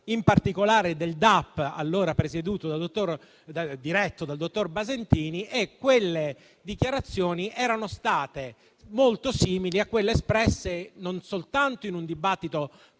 in particolare del DAP allora diretto dal dottor Basentini e quelle dichiarazioni erano state molto simili a quelle espresse non soltanto in un dibattito